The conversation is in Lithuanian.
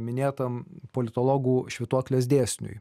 minėtam politologų švytuoklės dėsniui